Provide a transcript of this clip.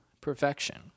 perfection